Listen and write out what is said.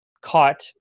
caught